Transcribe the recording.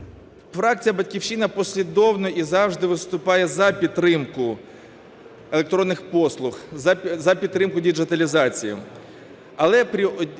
Фракція "Батьківщина" послідовно і завжди виступає за підтримку електронних послуг, за підтримку діджиталізації,